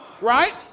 Right